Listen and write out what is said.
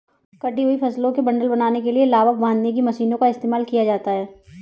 कटी हुई फसलों के बंडल बनाने के लिए लावक बांधने की मशीनों का इस्तेमाल किया जाता है